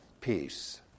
peace